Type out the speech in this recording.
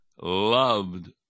loved